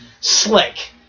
Slick